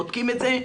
בודקים את זה.